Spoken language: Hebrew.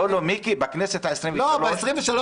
מיקי, בכנסת העשרים-ושלוש